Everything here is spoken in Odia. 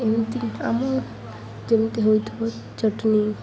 ଏମିତି ଆମ ଯେମିତି ହୋଉଥିବ ଚଟଣି